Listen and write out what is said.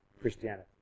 Christianity